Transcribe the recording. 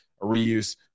Reuse